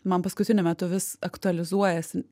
man paskutiniu metu vis aktualizuojasi